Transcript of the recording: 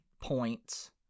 points